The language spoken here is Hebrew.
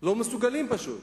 שלא מסוגלים פשוט.